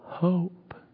Hope